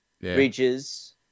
Bridges